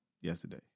yesterday